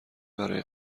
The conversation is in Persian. برای